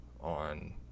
on